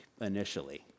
initially